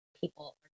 people